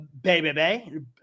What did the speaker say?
BBB